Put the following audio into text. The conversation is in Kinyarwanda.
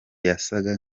yasaga